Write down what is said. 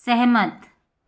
सहमत